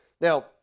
Now